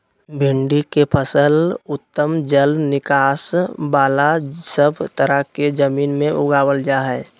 भिंडी के फसल उत्तम जल निकास बला सब तरह के जमीन में उगावल जा हई